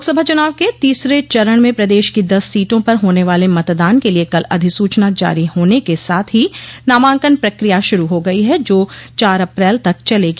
लोकसभा चुनाव के तीसरे चरण में प्रदेश की दस सीटों पर होने वाले मतदान के लिए कल अधिसूचना जारी होने के साथ ही नामांकन प्रकिया शुरू हो गयी है जो चार अप्रैल तक चलेगी